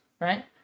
right